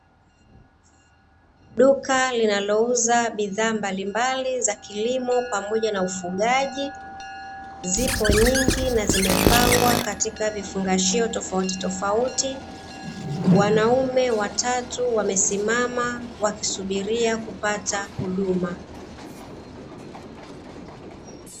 Duka linalouza bidhaa mbalimbali za kilimo pamoja na ufugaji, zipo nyingi na zimepangwa katika vifungashio tofautitofauti, wanaume watatu wamesimama wakisubiria kupata huduma.